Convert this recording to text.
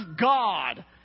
God